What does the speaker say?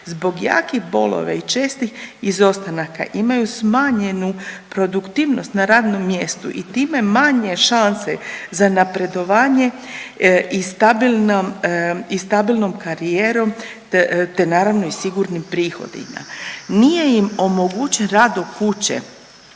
zbog jakih bolova i čestih izostanaka imaju smanjenu produktivnost na radnom mjestu i time manje šanse za napredovanje i stabilnom, i stabilnom karijerom te naravno i sigurnim prihodima. Nije im omogućen rad od kuće,